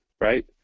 right